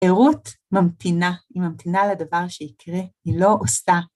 רות ממתינה, היא ממתינה לדבר שיקרה, היא לא עושה.